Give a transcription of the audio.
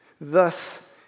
thus